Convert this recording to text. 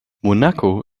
monaco